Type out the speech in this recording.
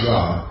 God